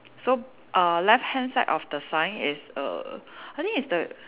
so err left hand side of the sign is a I think is the